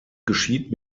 geschieht